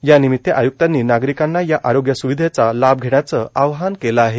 यानिमित आय्क्तांनी नागरिकांना या आरोग्य स्विधेचे लाभ घेण्याचं आवाहन केले आहे